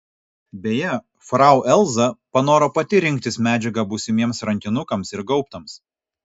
beje frau elza panoro pati rinktis medžiagą būsimiems rankinukams ir gaubtams